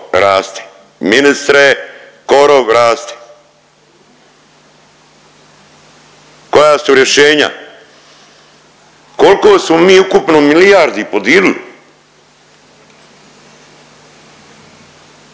ministre korov raste. Koja su rješenja? Koliko smo mi ukupno milijardi podilili?